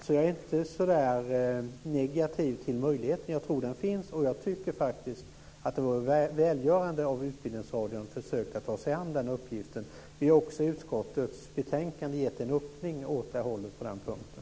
Så jag är inte så negativ till möjligheten. Jag tror att den finns, och jag tycker faktiskt att det vore välgörande om Utbildningsradion försökte ta sig an den uppgiften. Vi har också i utskottets betänkande gett en öppning åt det hållet på den punkten.